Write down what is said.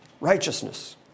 righteousness